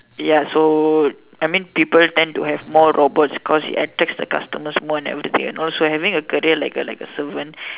ya so I mean people tend to have more robots because it attracts the customers more and everything and also having a career like a like a servant